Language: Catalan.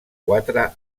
quatre